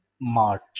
March